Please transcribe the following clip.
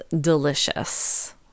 delicious